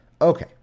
Okay